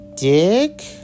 Dick